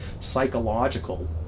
psychological